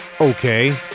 okay